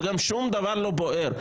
וגם שום דבר לא בוער.